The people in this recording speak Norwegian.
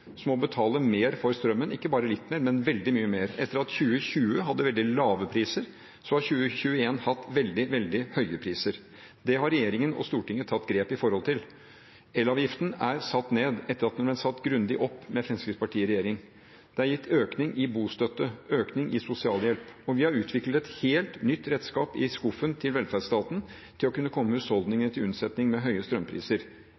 som må betale mer for strømmen – ikke bare litt mer, men veldig mye mer. Etter at 2020 hadde veldig lave priser, har 2021 hatt veldig, veldig høye priser. Det har regjeringen og Stortinget tatt grep for å gjøre noe med. Elavgiften er satt ned, etter at den ble satt grundig opp med Fremskrittspartiet i regjering. Det er gitt økning i bostøtte, økning i sosialhjelp, og vi har utviklet et helt nytt redskap i skuffen til velferdsstaten for å kunne komme